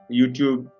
YouTube